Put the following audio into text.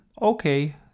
Okay